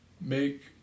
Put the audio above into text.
Make